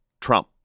Trump